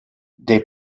des